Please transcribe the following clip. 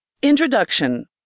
Introduction